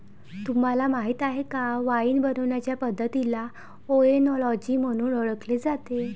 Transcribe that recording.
तुम्हाला माहीत आहे का वाइन बनवण्याचे पद्धतीला ओएनोलॉजी म्हणून ओळखले जाते